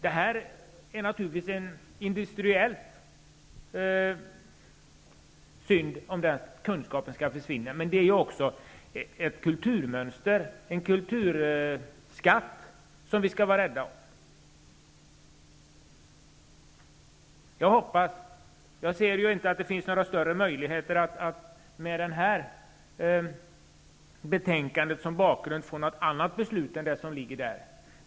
Det vore synd om den kunskapen skulle försvinna. Men det är också fråga om ett kulturmönster och en kulturskatt som vi skall vara rädda om. Jag ser inte att det finns några större möjligheter att med det här betänkandet som bakgrund få något annat beslut än det som föreslås i hemställan.